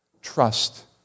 Trust